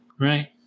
Right